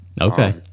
okay